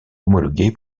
homologué